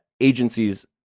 agencies